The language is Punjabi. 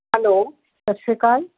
ਹੈਲੋ ਸਤਿ ਸ਼੍ਰੀ ਅਕਾਲ